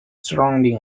surrounding